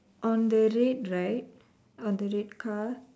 on the red right on the red car